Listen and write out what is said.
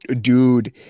dude